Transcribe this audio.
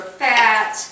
fat